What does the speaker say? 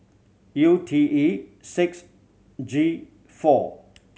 U T E six G four